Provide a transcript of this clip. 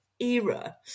era